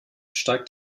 steigt